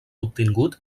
obtingut